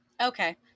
Okay